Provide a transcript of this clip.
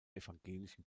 evangelischen